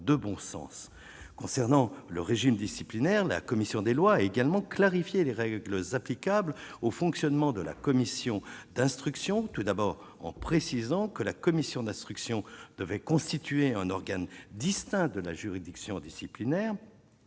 concernant le régime disciplinaire, la commission des lois également clarifier les règles applicables au fonctionnement de la commission d'instruction tout d'abord, en précisant que la commission d'instruction devait constituer un organe distincts de la juridiction disciplinaire,